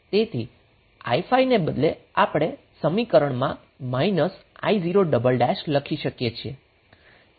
તેથી i5 ને બદલે આપણે સમીકરણ માં i0 લખી શકીએ છીએ